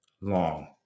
long